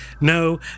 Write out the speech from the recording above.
no